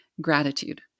gratitude